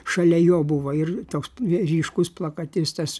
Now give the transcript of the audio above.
šalia jo buvo ir toks ryškus plakatistas